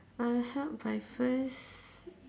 I'll help by first